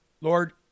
Lord